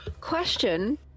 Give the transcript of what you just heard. question